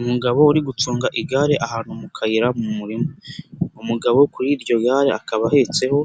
Umugabo uri gucunga igare ahantu mu kayira mu murima. Umugabo kuri iryo gare akaba ahetseho